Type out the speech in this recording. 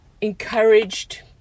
encouraged